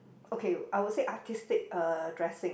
okay I would say artistic uh dressing